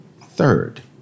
Third